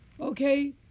Okay